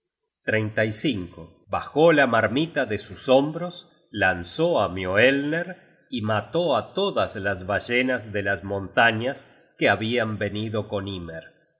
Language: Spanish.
muchas cabezas bajó la marmita de sus hombros lanzó á mioelner y mató á todas las ballenas de las montañas que habian venido con